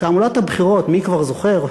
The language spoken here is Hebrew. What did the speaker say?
בתעמולת הבחירות, מי כבר זוכר?